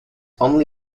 only